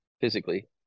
physically